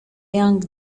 young